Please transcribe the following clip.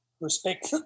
respect